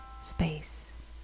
Space